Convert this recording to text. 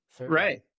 Right